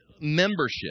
membership